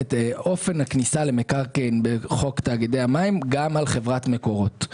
את אופן הכניסה למקרקעין בחוק תאגידי המים גם על חברת מקורות.